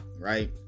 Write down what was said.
right